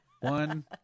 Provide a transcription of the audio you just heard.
One